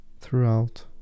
throughout